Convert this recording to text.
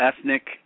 ethnic